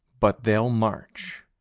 but they'll march.